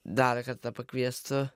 dar kartą pakviestų